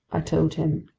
i told him,